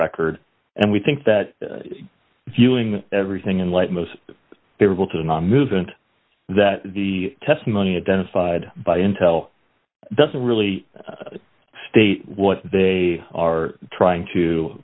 record and we think that viewing everything in light most favorable to not move and that the testimony identified by intel doesn't really state what they are trying to